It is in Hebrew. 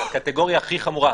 זאת קטגוריה הכי חמורה.